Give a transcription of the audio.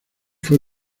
fue